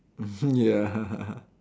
mmhmm ya